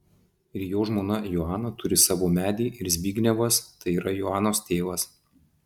ir jo žmona joana turi savo medį ir zbignevas tai yra joanos tėvas